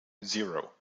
zero